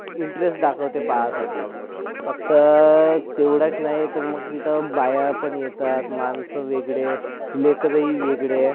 interest दाखवते पहायसाठी फक्त तेवढाच नाही तर मग तिथं बाया पण येतात माणसं वेगळे लेकरंही वेगळे